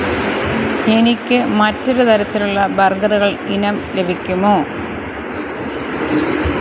എനിക്ക് മറ്റൊരു തരത്തിലുള്ള ബർഗറുകൾ ഇനം ലഭിക്കുമോ